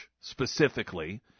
specifically